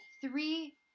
three